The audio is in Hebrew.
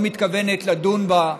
לא מתכוונת לדון בה,